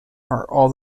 are